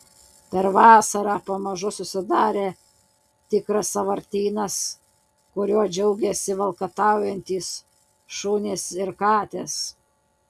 per vasarą pamažu susidarė tikras sąvartynas kuriuo džiaugėsi valkataujantys šunys ir katės